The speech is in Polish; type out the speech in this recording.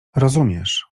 rozumiesz